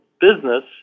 business